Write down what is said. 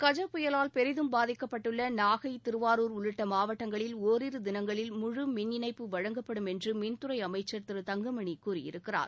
கஜா புயலால் பெரிதும் பாதிக்கப்பட்டுள்ள நாகை திருவாரூர் உள்ளிட்ட மாவட்டங்களில் ஒரிரு தினங்களில் முழு மின் இணைப்பு வழங்கப்படும் என்று மின்துறை அமைச்சர் திரு தங்கமணி கூறியிருக்கிறார்